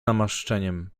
namaszczeniem